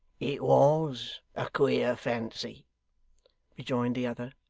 it was a queer fancy rejoined the other,